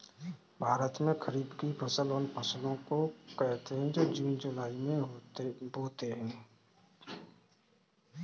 भारत में खरीफ की फसल उन फसलों को कहते है जो जून जुलाई में बोते है